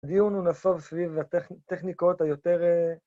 דיון הוא נסוב סביב הטכניקות היותר...